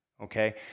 okay